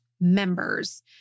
members